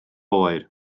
oer